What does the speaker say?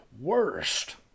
worst